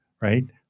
right